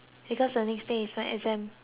is my exam